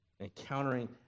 encountering